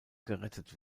gerettet